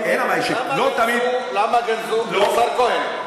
השר כהן,